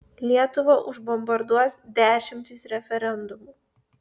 lietuvą užbombarduos dešimtys referendumų